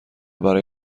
برای